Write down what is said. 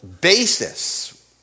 basis